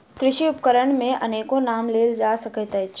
कृषि उपकरण मे अनेको नाम लेल जा सकैत अछि